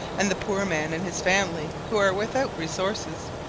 and the poor man and his family who are without resources,